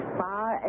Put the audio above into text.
far